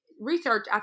research